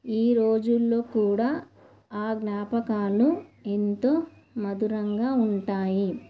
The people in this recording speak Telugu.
ఈ రోజుల్లో కూడా ఆ జ్ఞాపకాలు ఎంతో మధురంగా ఉంటాయి